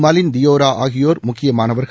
மிலிந்த் தியோரா ஆகியோர் முக்கியமானவர்கள்